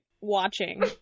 watching